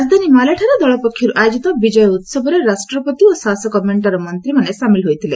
ରାଜଧାନୀ ମାଲେଠାରେ ଦଳ ପକ୍ଷରୁ ଆୟୋଜିତ ବିକୟ ଉହବରେ ରାଷ୍ଟ୍ରପତି ଓ ଶାସକ ମେଣ୍ଟର ମନ୍ତ୍ରୀମାନେ ସାମିଲ ହୋଇଥିଲେ